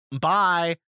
Bye